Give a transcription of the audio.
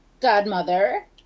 godmother